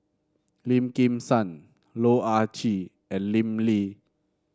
Lim Kim San Loh Ah Chee and Lim Lee